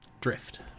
drift